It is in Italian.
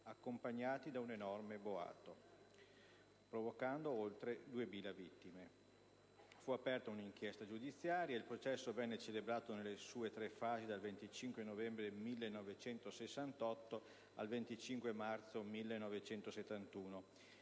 accompagnata da un'enorme boato, provocando oltre 2.000 vittime. Fu aperta un'inchiesta giudiziaria. Il processo venne celebrato, nelle sue tre fasi, dal 25 novembre 1968 al 25 marzo 1971